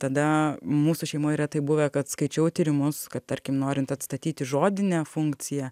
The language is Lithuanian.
tada mūsų šeimoj yra taip buvę kad skaičiau tyrimus kad tarkim norint atstatyti žodinę funkciją